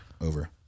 Over